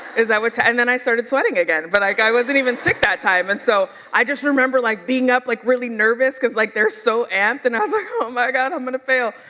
is that what's, ah and then i started sweating again. but i i wasn't even sick that time and so i just remember like being up, like really nervous, cause like they're so amped, and i was like, oh my god, i'm gonna fail.